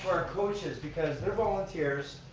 our coaches because they're volunteers.